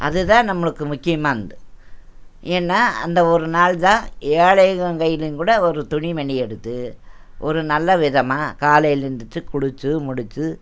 அதுதான் நம்மளுக்கு முக்கியமானது ஏன்னா அந்த ஒரு நாள் தான் ஏழைங்க கைலிங் கூட ஒரு துணிமணி எடுத்து ஒரு நல்லவிதமாக காலையில் எழுந்துருச்சி குளித்து முடித்து